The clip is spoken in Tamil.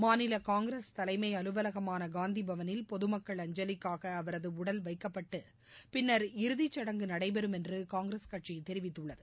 மாநிலகாங்கிரஸ் தலைமைஅலுவலகமானகாந்திபவனில் பொதுமக்கள் அஞ்சலிக்காகஅவரதுஉடல் வைக்கப்பட்டுபின்னர் இறுதிச்சடங்கு நடைபெறம் என்றுகாங்கிரஸ் கட்சிதெரிவித்துள்ளது